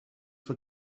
for